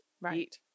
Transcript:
right